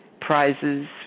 prizes